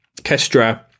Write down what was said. Kestra